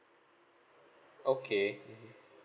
okay mmhmm